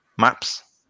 maps